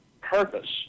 purpose